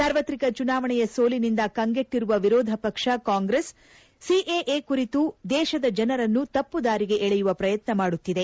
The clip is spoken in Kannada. ಸಾರ್ವತ್ರಿಕ ಚುನಾವಣೆಯ ಸೋಲಿನಿಂದ ಕಂಗೆಟ್ಟರುವ ವಿರೋಧ ಪಕ್ಷ ಕಾಂಗ್ರೆಸ್ ಸಿಎಎ ಕುರಿತು ದೇಶದ ಜನರನ್ನು ತಪ್ಪು ದಾರಿಗೆ ಎಳೆಯುವ ಪ್ರಯತ್ನ ಮಾಡುತ್ತಿದೆ